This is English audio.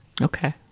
Okay